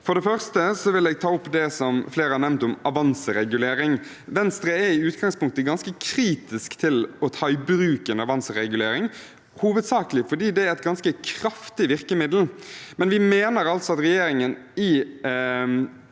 For det første vil jeg ta opp det som flere har nevnt om avanseregulering. Venstre er i utgangspunktet ganske kritisk til å ta i bruk en avanseregulering, hovedsakelig fordi det er et ganske kraftig virkemiddel. Vi mener at regjeringen i